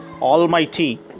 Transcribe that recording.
Almighty